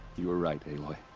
you were right, aloy.